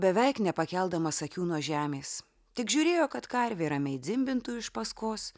beveik nepakeldamas akių nuo žemės tik žiūrėjo kad karvė ramiai dzimbintų iš paskos